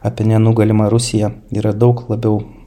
apie nenugalimą rusiją yra daug labiau